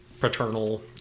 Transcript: paternal